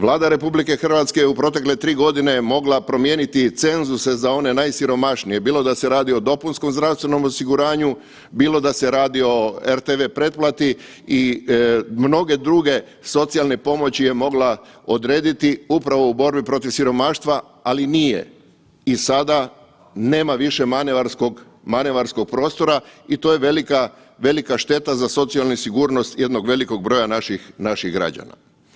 Vlada RH u protekle 3 godine je mogla promijeniti i cenzuse za one najsiromašnije bilo da se radi o dopunskom zdravstvenom osiguranju, bilo da se radi o rtv pretplati i mnoge druge socijalne pomoći je mogla odrediti upravo u borbi protiv siromaštva, ali nije i sada nema više manevarskog prostora i to je velika šteta za socijalnu sigurnost jednog velikog broja naših građana.